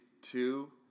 two